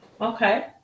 okay